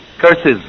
curses